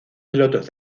pilotos